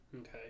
Okay